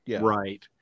right